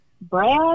Brad